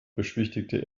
beschwichtigte